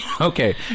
Okay